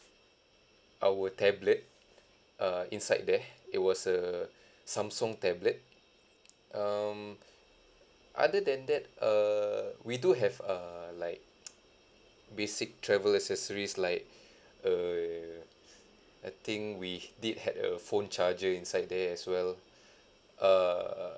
our tablet uh inside there it was a samsung tablet um other than that err we do have err like basic travel accessories like err I think we did had a phone charger inside there as well err